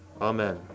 Amen